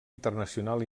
internacional